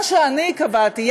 מה שאני קבעתי,